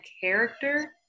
character